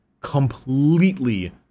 Completely